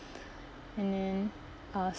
and then um